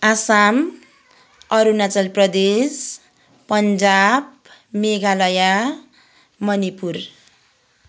Assam Arunachal Pradesh Punjab Meghalaya Manipur